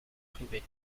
privé